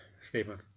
Stephen